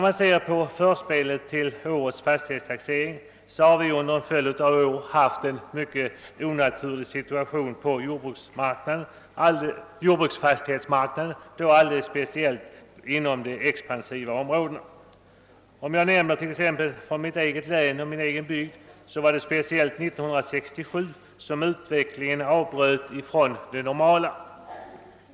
Vad beträffar förspelet till årets fas tighetstaxering vill jag erinra om att vi under en följd av år haft en mycket «onaturlig situation på jordbruksfastighetsmarknaden, alldeles speciellt inom de expansiva områdena. Jag har från mitt eget län och min egen bygd den erfarenheten att det var 1967 som utvecklingen började avvika från det normala.